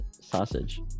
sausage